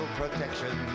protection